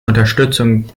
unterstützung